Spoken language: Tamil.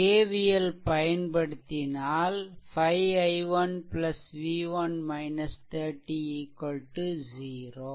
KVL பயன்படுத்தினால் 5 i1 v1 30 0